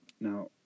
Now